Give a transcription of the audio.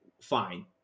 Fine